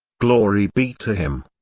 glory be to him!